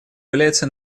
является